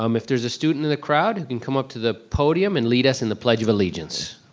um if there's a student in the crowd who can come up to the podium and lead us in the pledge of allegiance.